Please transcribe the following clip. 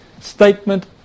statement